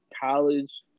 college